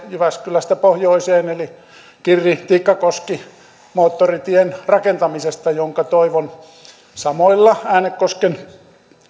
jyväskylästä pohjoiseen eli kirri tikkakoski moottoritien rakentamisen jonka toivon samoilla äänekosken